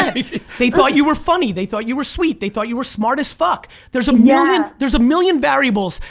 i mean they thought you were funny, they thought you were sweet, they thought you were smart as fuck. there's a million and variables, million variables,